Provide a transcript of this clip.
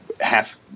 half